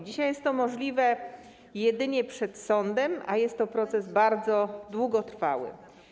Dzisiaj jest to możliwe jedynie przed sądem, a jest to proces bardzo długotrwały.